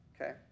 Okay